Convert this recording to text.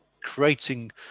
creating